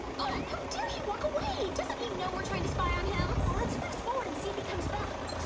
oh dear he walk away doesn't he know we're trying to spy on him let's fast-forward and see if he comes back